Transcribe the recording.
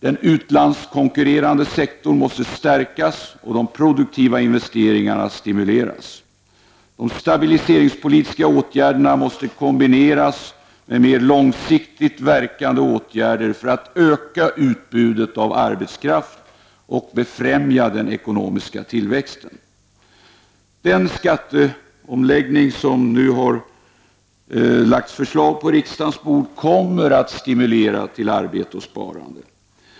Den utlandskonkurrerande sektorn måste stärkas och de produktiva investeringarna stimuleras. De stabiliseringspolitiska åtgärderna måste kombineras med mer långsiktigt verkande åtgärder för att öka utbudet av arbetskraft och befrämja den ekonomiska tillväxten. Den skatteomläggning varom förslag nu har lagts på riksdagens bord kommer att stimulera arbete och sparande.